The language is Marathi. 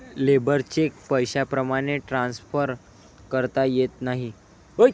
लेबर चेक पैशाप्रमाणे ट्रान्सफर करता येत नाही